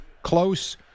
close